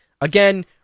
again